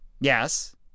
Yes